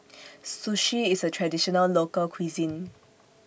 Sushi IS A Traditional Local Cuisine